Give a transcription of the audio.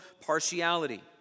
partiality